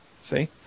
see